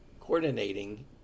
coordinating